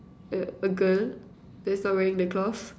a a girl that's not wearing the cloth